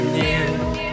new